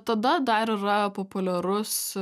tada dar yra populiarus